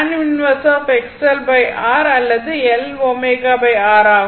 அதுஅல்லதுஆகும்